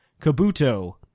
Kabuto